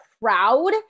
proud